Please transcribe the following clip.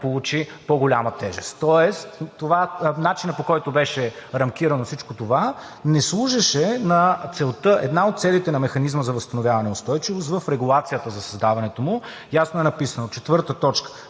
получи по-голяма тежест. Тоест начинът, по който беше рамкирано всичко това, не служеше на една от целите на механизма за възстановяване и устойчивост. В регулацията за създаването му ясно е написано точка